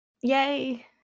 Yay